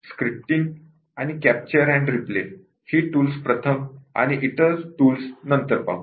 scripting आणि "capture आणि replay" ही टूल्स प्रथम आणि इतर टूल्स नंतर पाहू